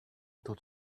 tot